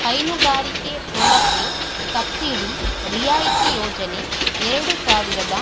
ಹೈನುಗಾರಿಕೆ ಹೊಲಕ್ಕೆ ಸಬ್ಸಿಡಿ ರಿಯಾಯಿತಿ ಯೋಜನೆ ಎರಡು ಸಾವಿರದ